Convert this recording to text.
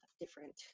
different